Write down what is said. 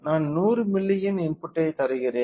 நான் 100 மில்லியின் இன்புட்டை தருகிறேன்